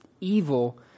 evil